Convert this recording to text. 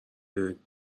داریم